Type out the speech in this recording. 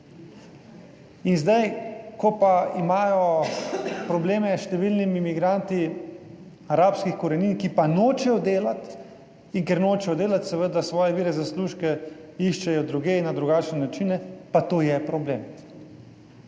In zdaj, ko pa imajo probleme s številnimi migranti arabskih korenin, ki pa nočejo delati in ker nočejo delati, seveda svoje vire, zaslužke iščejo drugje, na drugačne načine, pa to je problem.